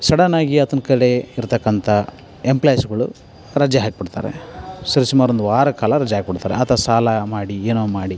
ಸಡನ್ನಾಗಿ ಆತನ ಕೈಲಿ ಇರತಕ್ಕಂತ ಎಂಪ್ಲಾಯ್ಸ್ಗಳು ರಜೆ ಹಾಕಿಬಿಡ್ತಾರೆ ಸರಿ ಸುಮಾರು ಒಂದು ವಾರ ಕಾಲ ರಜೆ ಹಾಕಿಬಿಡ್ತಾರೆ ಆತ ಸಾಲ ಮಾಡಿ ಏನೋ ಮಾಡಿ